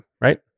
right